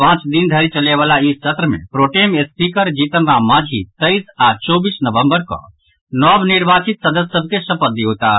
पांच दिन धरि चलयवला ई सत्र मे प्रोटेम स्पीकर जीतन राम मांझी तेईस आओर चौबीस नवंबर कऽ नव निर्वाचित सदस्य सभ के शपथ दियौताह